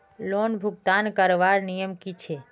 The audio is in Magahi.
लोन भुगतान करवार नियम की छे?